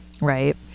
right